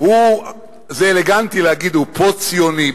זה אלגנטי להגיד: הוא פוסט-ציוני,